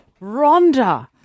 Rhonda